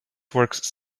works